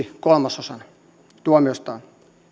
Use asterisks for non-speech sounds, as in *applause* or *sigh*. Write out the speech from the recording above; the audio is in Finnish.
*unintelligible* kolmasosan tuomiostaan